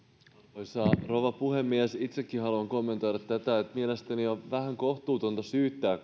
arvoisa rouva puhemies itsekin haluan kommentoida tätä mielestäni on kuitenkin vähän kohtuutonta syyttää